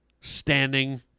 standing